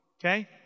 Okay